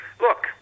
look